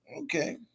Okay